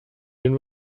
den